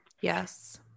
Yes